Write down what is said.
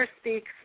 Speaks